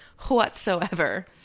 whatsoever